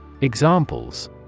Examples